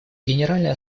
генеральная